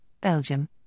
Belgium